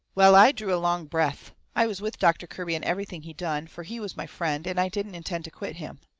well, i drew a long breath. i was with doctor kirby in everything he done, fur he was my friend, and i didn't intend to quit him.